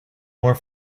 more